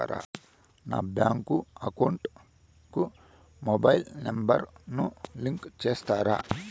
నా bank account కు mobile number ను లింకు చేస్తారా?